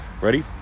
Ready